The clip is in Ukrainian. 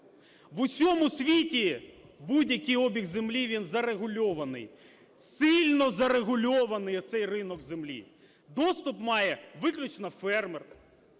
В усьому світі будь-який обіг землі він зарегульований, сильно зарегульований оцей ринок землі. Доступ має виключно фермер,